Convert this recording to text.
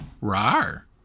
Rar